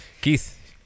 Keith